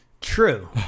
True